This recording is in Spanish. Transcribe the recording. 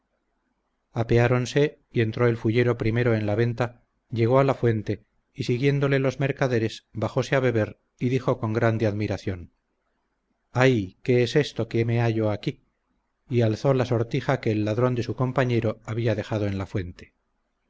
y entró el fullero primero en la venta llegó a la fuente y siguiéndole los mercaderes bajose a beber y dijo con grande admiración ay qué es esto que me hallo aquí y alzó la sortija que el ladrón de su compañero había dejado en la fuente